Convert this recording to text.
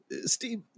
Steve